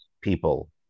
people